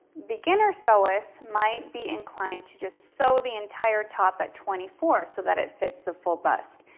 beginner sewists might be inclined to just sow the entire top at twenty four, so that it fits the full bust.